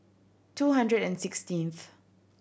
two hundred and sixteenth